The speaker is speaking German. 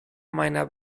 meiner